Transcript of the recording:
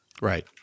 Right